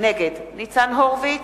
נגד ניצן הורוביץ,